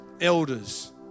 Elders